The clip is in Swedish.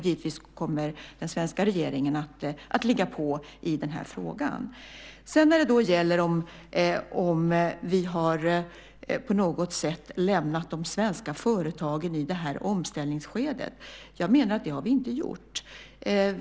Givetvis kommer den svenska regeringen att ligga på i den här frågan. När det sedan gäller om vi på något sätt har lämnat de svenska företagen i det här omställningsskedet menar jag att vi inte har gjort det.